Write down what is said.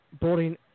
boarding